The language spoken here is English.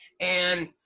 and